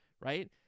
right